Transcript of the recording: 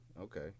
okay